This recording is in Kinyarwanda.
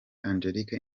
angelique